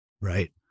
right